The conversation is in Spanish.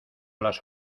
las